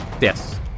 Yes